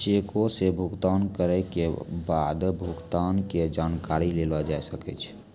चेको से भुगतान करै के बाद भुगतान के जानकारी लेलो जाय सकै छै